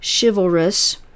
chivalrous